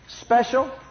special